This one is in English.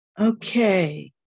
Okay